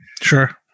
Sure